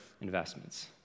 Investments